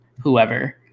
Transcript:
Whoever